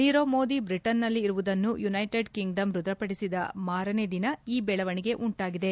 ನೀರವ್ ಮೋದಿ ಬ್ರಿಟನ್ನಲ್ಲಿ ಇರುವುದನ್ನು United Kingdom ದ್ವಢಪಡಿಸಿದ ಮಾರನೆ ದಿನ ಈ ದೆಳವಣಿಗೆ ಉಂಟಾಗಿದೆ